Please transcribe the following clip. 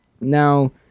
now